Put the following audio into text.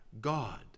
God